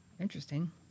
Interesting